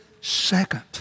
second